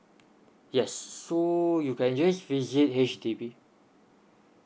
yes so you can just visit H_D_B